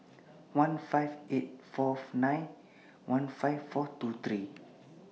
one five eight Fourth nine one five four two three